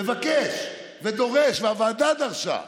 מבקש ודורש, והוועדה דרשה: